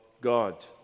God